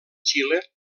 xile